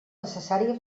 necessària